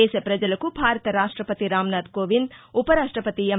దేశ పజలకు భారత రాష్టపతి రామ్నాథ్ కోవింద్ ఉప రాష్టపతి ఎం